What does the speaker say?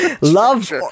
love